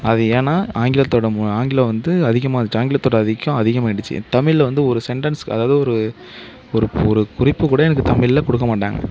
அது ஏன்னால் ஆங்கிலத்தோடய ஆங்கிலம் வந்து அதிகமாகிடுச்சு ஆங்கிலத்தோடய ஆதிக்கம் அதிகமாகிடுச்சு தமிழ் வந்து ஒரு சென்டென்ஸ் அதாவது ஒரு ஒரு ஒரு குறிப்பு கூட எனக்கு தமிழ்ல கொடுக்கமாட்டாங்க